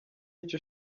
icyo